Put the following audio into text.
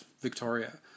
Victoria